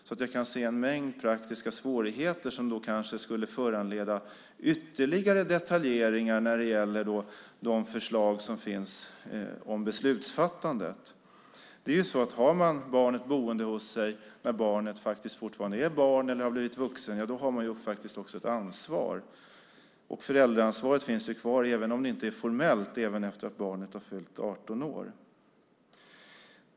Jag kan alltså se en mängd praktiska svårigheter som kanske skulle föranleda ytterligare detaljeringar när det gäller de förslag som finns om beslutsfattandet. Har man barnet boende hos sig när barnet fortfarande är barn eller har blivit vuxen har man faktiskt också ett ansvar. Föräldraansvaret finns kvar, även om det inte är formellt, även efter det att barnet har fyllt 18 år.